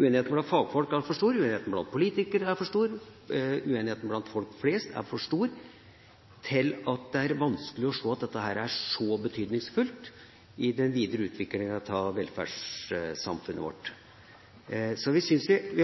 blant fagfolk er for stor, uenigheten blant politikere er for stor, og uenigheten blant folk flest er for stor, så det er vanskelig å se at dette er så betydningsfullt i den videre utviklinga av velferdssamfunnet vårt. Det